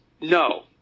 No